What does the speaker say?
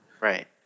Right